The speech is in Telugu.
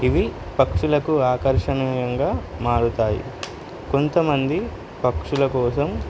ఇవి పక్షులకు ఆకర్షణీయంగా మారుతాయి కొంతమంది పక్షుల కోసం